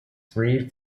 freed